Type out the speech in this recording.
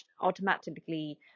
automatically